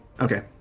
Okay